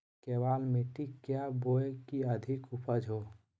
केबाल मिट्टी क्या बोए की अधिक उपज हो?